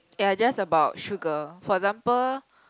ya just about sugar for example